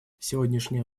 сегодняшняя